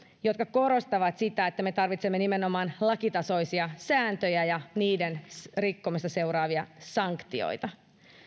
jotka korostavat sitä että me tarvitsemme nimenomaan lakitasoisia sääntöjä ja niiden rikkomisesta seuraavia sanktioita